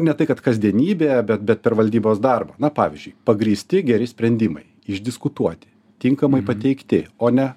ne tai kad kasdienybėje bet bet per valdybos darbą na pavyzdžiui pagrįsti geri sprendimai išdiskutuoti tinkamai pateikti o ne